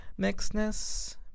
mixedness